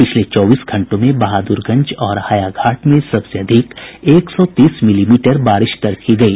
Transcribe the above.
पिछले चौबीस घंटों में बहादुरगंज और हायाघाट में सबसे अधिक एक सौ तीस मिलीमीटर बारिश दर्ज की गयी